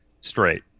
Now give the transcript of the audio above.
straight